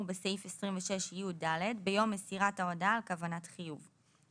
בסעיף 26י(ד) ביום מסירת ההודעה על כוונת חיוב.